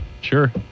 sure